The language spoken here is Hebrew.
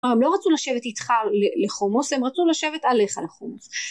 הם לא רצו לשבת איתך לחומוס הם רצו לשבת עליך לחומוס